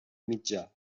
mitjà